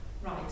Right